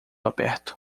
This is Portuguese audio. aberto